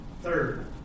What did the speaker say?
Third